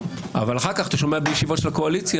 אבל אחר כך אתה שומע בישיבות של הקואליציה